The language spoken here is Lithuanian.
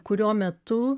kurio metu